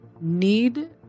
need